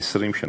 20 שנה,